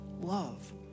love